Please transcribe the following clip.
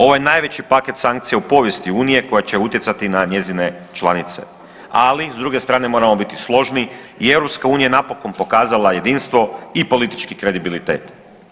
Ovo je najveći paket sankcija u povijesti Unije koja će utjecati na njezine članice, ali s druge strane moramo biti složni i EU je napokon pokazala jedinstvo i politički kredibilitet.